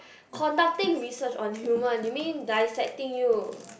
conducting research on human you mean dissecting you